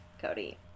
Cody